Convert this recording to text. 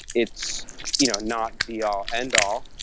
it's you know not be all end all,